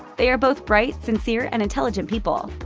they are both bright, sincere and intelligent people.